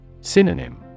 Synonym